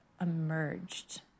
emerged